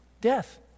Death